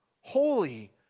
holy